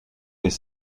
mais